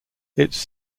its